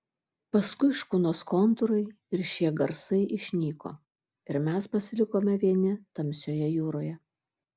paskui škunos kontūrai ir šie garsai išnyko ir mes pasilikome vieni tamsioje jūroje